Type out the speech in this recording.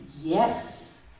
yes